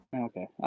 Okay